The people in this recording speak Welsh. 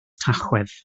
tachwedd